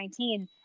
2019